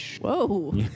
Whoa